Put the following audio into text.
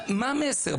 מה המסר?